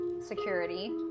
security